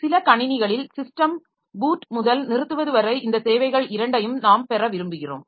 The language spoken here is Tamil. சில கணினிகளில் ஸிஸ்டம் பூட் முதல் நிறுத்துவது வரை இந்த சேவைகள் இரண்டையும் நாம் பெற விரும்புகிறோம்